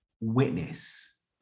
witness